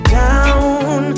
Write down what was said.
down